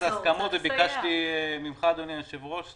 ההסכמות וביקשתי ממך אדוני היושב-ראש.